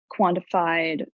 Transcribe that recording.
quantified